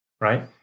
Right